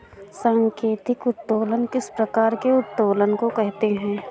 सांकेतिक उत्तोलन किस प्रकार के उत्तोलन को कहते हैं?